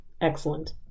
excellent